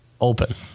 open